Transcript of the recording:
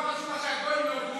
לא חשוב מה שהגויים יאמרו,